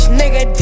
nigga